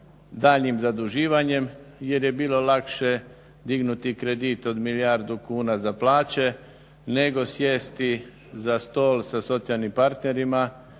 daljnjim zaduživanjem jer je bilo lakše dignuti kredit od milijardu kuna za plaće nego sjesti za stol sa socijalnim parterima